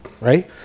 right